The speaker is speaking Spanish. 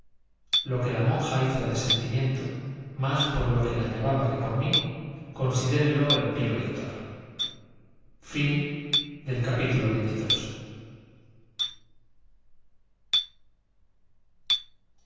lo que la monja hizo de sentimiento más por lo que la llevaba que por mí considérelo el pío lector libro tercero capítulo